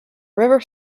river